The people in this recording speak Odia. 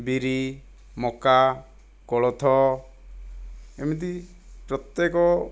ବିରି ମକା କୋଳଥ ଏମିତି ପ୍ରତ୍ୟେକ